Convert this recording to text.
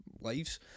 lives